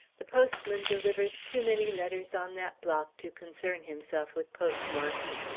the postman delivers too many letters on that block to concern himself with postmarks.